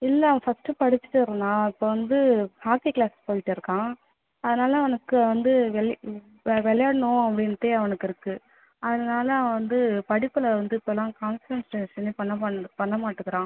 இல்லை அவன் ஃபர்ஸ்ட்டு படிச்சுட்டு இருந்தான் இப்போ வந்து ஹாக்கி க்ளாஸ்க்கு போய்கிட்டுருக்கான் அதனாலே அவனுக்கு வந்து வெளி விளையாடணும் அப்படின்ட்டு அவனுக்கு இருக்குது அதனாலே அவன் வந்து படிப்பில் வந்து இப்போலாம் கான்சன்ட்ரேஷனே பண்ணமான் பண்ண மாட்டேங்கிறான்